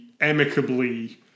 amicably